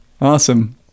Awesome